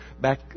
back